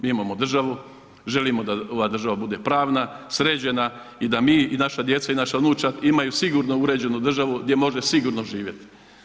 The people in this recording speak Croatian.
Mi imamo državu, želimo da ova država bude pravna, sređena i da mi i naša djeca i naša unučad imaju sigurno uređenu državu gdje može sigurno živjeti.